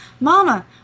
Mama